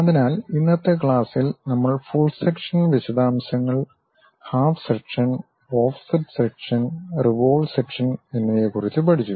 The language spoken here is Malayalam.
അതിനാൽ ഇന്നത്തെ ക്ലാസ്സിൽ നമ്മൾ ഫുൾ സെക്ഷൻ വിശദാംശങ്ങൾ half section offset section revolve section എന്നിവയെക്കുറിച്ച് പഠിച്ചു